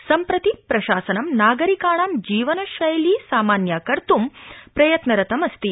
सम्प्रति प्रशासनं नागरिकाणां जीवनशैलीं सामान्यीकर्तू प्रयत्नरतमस्ति